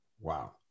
Wow